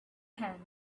hand